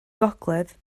gogledd